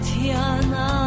Tiana